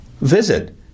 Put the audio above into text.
Visit